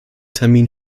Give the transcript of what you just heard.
termin